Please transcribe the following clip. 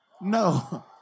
No